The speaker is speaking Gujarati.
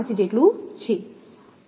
5 જેટલું છે